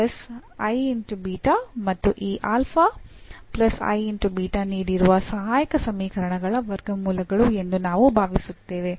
ಆದ್ದರಿಂದ ಮತ್ತು ಈ ನೀಡಿರುವ ಸಹಾಯಕ ಸಮೀಕರಣಗಳ ವರ್ಗಮೂಲಗಳು ಎಂದು ನಾವು ಭಾವಿಸುತ್ತೇವೆ